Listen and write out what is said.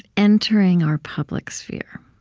entering our public sphere